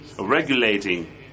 Regulating